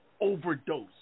overdose